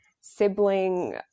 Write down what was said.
sibling